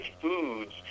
foods